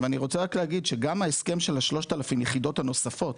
אני רק רוצה להגיד שגם ההסכם של ה-3,000 יחידות הנוספות